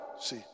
See